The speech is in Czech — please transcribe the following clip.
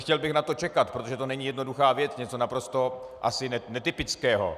Nechtěl bych na to čekat, protože to není jednoduchá věc, něco naprosto ani netypického.